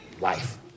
life